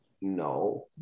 No